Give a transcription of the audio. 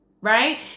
right